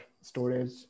storage